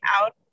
out